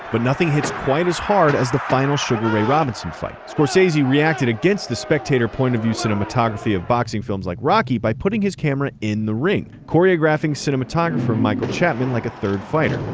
but nothing hits quite as hard as the final sugar ray robinson fight. scorsese reacted against the spectator point of view cinematography of boxing films like rocky, by putting his camera in the ring. choreographing cinematographer michael chapman like a third fighter.